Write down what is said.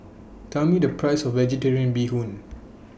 Tell Me The Price of Vegetarian Bee Hoon